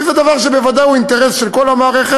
שזה דבר שהוא בוודאי אינטרס של כל המערכת,